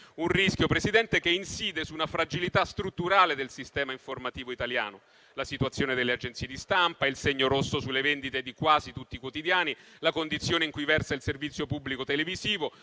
un rischio, signor Presidente, che inside negli elementi della fragilità strutturale del sistema informativo italiano: la situazione delle agenzie di stampa, il segno rosso sulle vendite di quasi tutti i quotidiani, la condizione in cui versa il servizio pubblico televisivo,